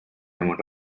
amount